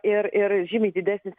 ir ir žymiai didesnis